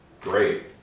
great